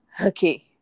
Okay